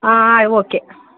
ಹಾಂ ಹಾಂ ಓಕೆ